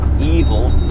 evil